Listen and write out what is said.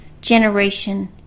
generation